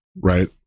right